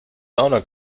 sauna